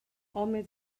home